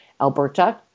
Alberta